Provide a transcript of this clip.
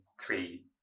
three